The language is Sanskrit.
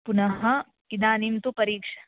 पुनः इदानीं तु परीक्षा